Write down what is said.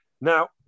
Now